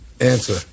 answer